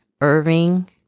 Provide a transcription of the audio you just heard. Irving